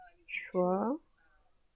sure